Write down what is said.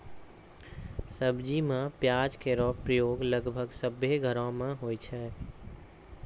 सब्जी में प्याज केरो प्रयोग लगभग सभ्भे घरो म होय छै